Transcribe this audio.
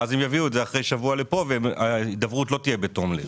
ואז הם יביאו את זה אחרי שבוע לפה וההידברות לא תהיה בתום לב.